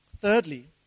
Thirdly